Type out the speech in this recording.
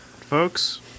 folks